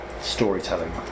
storytelling